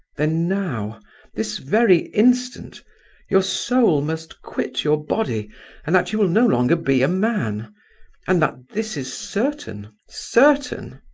then now this very instant your soul must quit your body and that you will no longer be a man and that this is certain, certain!